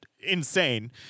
insane